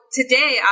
today